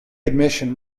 admission